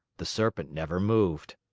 the serpent never moved.